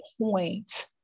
point